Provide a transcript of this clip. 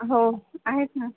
हो आहेत ना